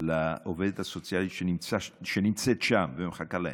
לעובדת הסוציאלית שנמצאת שם ומחכה להם,